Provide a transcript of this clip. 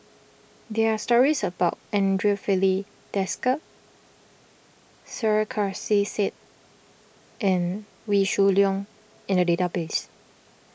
there are stories about andre Filipe Desker Sarkasi Said and Wee Shoo Leong in the database